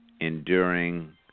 enduring